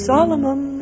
Solomon